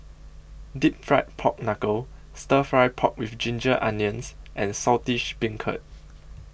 Deep Fried Pork Knuckle Stir Fry Pork with Ginger Onions and Saltish Beancurd